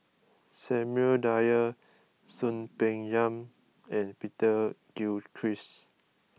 Samuel Dyer Soon Peng Yam and Peter Gilchrist